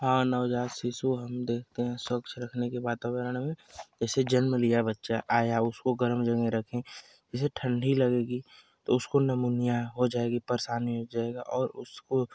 हाँ नवजात शिशु हम देखते हैं स्वच्छ रखने के वातावरण में जैसे जन्म लिया बच्चा आया उसको गर्म जगह रखें जैसे ठंडी लगेगी तो उसको निमोनिया हो जाएगी परेशानी हो जाएगा और उसको